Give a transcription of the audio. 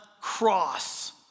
cross